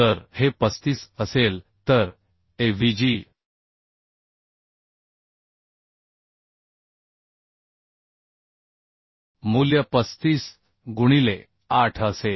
तर हे 35 असेल तर avg मूल्य 35 गुणिले 8 असेल